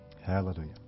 Hallelujah